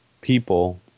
people